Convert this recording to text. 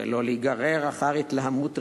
ולא להיגרר אחר התלהמות רגעית,